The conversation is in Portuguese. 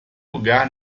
lugar